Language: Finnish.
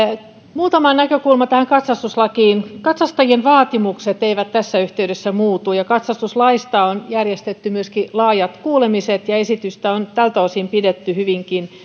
muutama näkökulma tähän katsastuslakiin katsastajien vaatimukset eivät tässä yhteydessä muutu ja katsastuslaista on järjestetty myöskin laajat kuulemiset ja esitystä on tältä osin pidetty hyvinkin